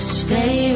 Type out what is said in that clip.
stay